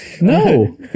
No